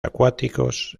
acuáticos